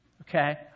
okay